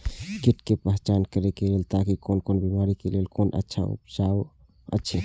कीट के पहचान करे के लेल ताकि कोन बिमारी के लेल कोन अच्छा उपचार अछि?